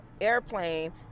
airplane